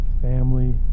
family